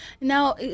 now